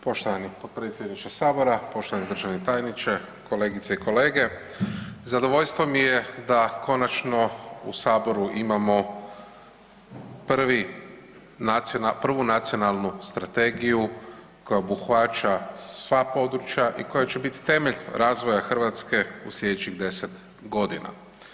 Poštovani potpredsjedniče sabora, poštovani državni tajniče, kolegice i kolege, zadovoljstvo mi je da konačno u saboru imamo prvi, prvu nacionalnu strategiju koja obuhvaća sva područja i koja će biti temelj razvoja Hrvatske u slijedećih 10 godina.